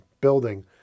building